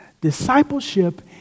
Discipleship